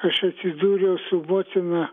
aš atsidūriau subotina